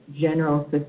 general